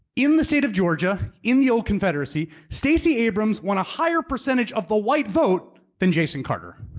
in the state of georgia. in the old confederacy. stacey abrams won a higher percentage of the white vote than jason carter.